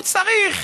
צריך